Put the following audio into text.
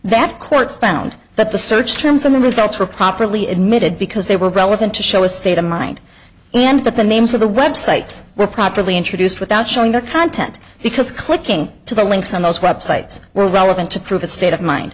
that court found that the search terms and the results were properly admitted because they were relevant to show a state of mind and that the names of the websites were properly introduced without showing the content because clicking to the links on those websites were relevant to prove a state of mind